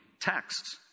texts